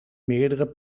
meerdere